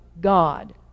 God